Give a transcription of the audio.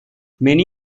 many